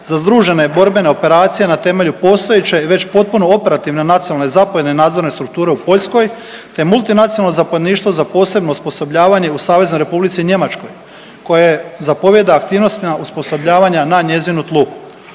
za združene borbene operacije na temelju postojeće i već potpuno operativne nacionalne zapovjedne nadzorne strukture u Poljskoj te Multinacionalno zapovjedništvo za posebno osposobljavanje u SR Njemačkoj koje zapovijeda aktivnosti osposobljavanja na njezinu tlu.